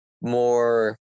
more